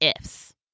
ifs